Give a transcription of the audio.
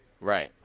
Right